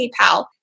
PayPal